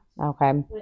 Okay